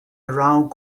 around